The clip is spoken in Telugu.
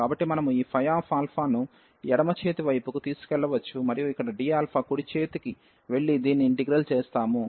కాబట్టి మనము ఈ ϕ α ను ఎడమ చేతి వైపుకు తీసుకెళ్లవచ్చు మరియు ఇక్కడ dకుడి చేతికి వెళ్లి దీన్ని ఇంటిగ్రల్ చేస్తాము